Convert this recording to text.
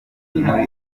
muri